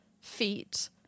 feet